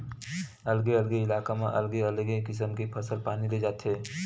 अलगे अलगे इलाका म अलगे अलगे किसम के फसल पानी ले जाथे